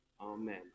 amen